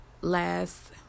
Last